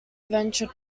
adventure